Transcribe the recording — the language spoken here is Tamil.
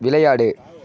விளையாடு